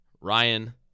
Ryan